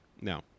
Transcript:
No